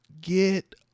Get